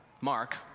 Mark